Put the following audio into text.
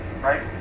right